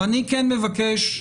אני מבקש,